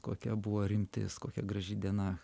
kokia buvo rimtis kokia graži diena